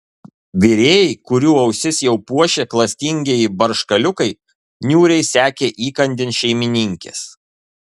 virėjai kurių ausis jau puošė klastingieji barškaliukai niūriai sekė įkandin šeimininkės